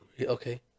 Okay